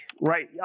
right